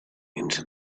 into